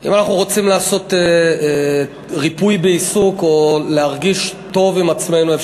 אם אנחנו רוצים לעשות ריפוי בעיסוק או להרגיש טוב עם עצמנו,